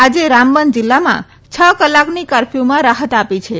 આજે રામબન જીલ્લામાં છ કલાકની કરફયુમાં રાહત આપી છે